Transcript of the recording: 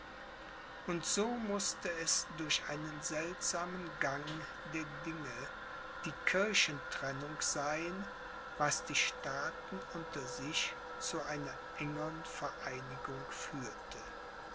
und so mußte es durch einen seltsamen gang der dinge die kirchentrennung sein was die staaten unter sich zu einer engern vereinigung führte